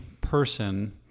person